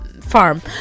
Farm